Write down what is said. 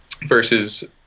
versus